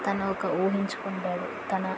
తను ఒకటి ఊహించుకుంటాడు తన